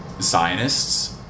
Zionists